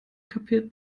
kapiert